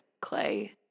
clay